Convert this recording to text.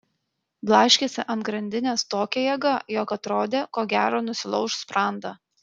blaškėsi ant grandinės tokia jėga jog atrodė ko gero nusilauš sprandą